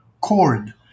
CORD